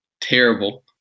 terrible